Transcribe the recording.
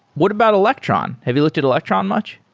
what about electron? have you looked at electron much?